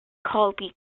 colby